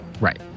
Right